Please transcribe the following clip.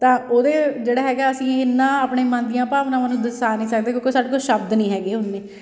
ਤਾਂ ਉਹਦੇ ਜਿਹੜਾ ਹੈਗਾ ਅਸੀਂ ਇੰਨਾ ਆਪਣੇ ਮਨ ਦੀਆਂ ਭਾਵਨਾਵਾਂ ਨੂੰ ਦਰਸਾ ਨਹੀਂ ਸਕਦੇ ਕਿਉਂਕਿ ਉਹ ਸਾਡੇ ਕੋਲ ਸ਼ਬਦ ਨਹੀਂ ਹੈਗੇ ਓਨੇ